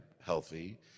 healthy